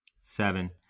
Seven